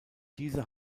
diese